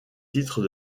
titres